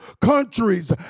Countries